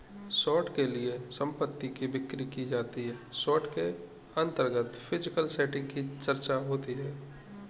short के लिए संपत्ति की बिक्री की जाती है शॉर्ट के अंतर्गत फिजिकल सेटिंग की चर्चा होती है